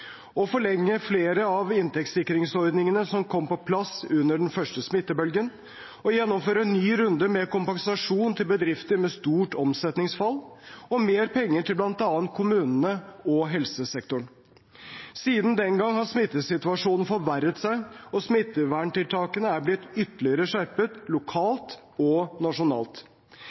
flere av inntektssikringsordningene som kom på plass under den første smittebølgen, å gjennomføre en ny runde med kompensasjon til bedrifter med stort omsetningsfall, og mer penger til bl.a. kommunene og helsesektoren. Siden den gang har smittesituasjonen forverret seg, og smitteverntiltakene er blitt ytterligere skjerpet lokalt og nasjonalt.